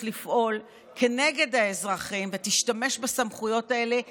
לפעול כנגד האזרחים ותשתמש בסמכויות האלה לרעה,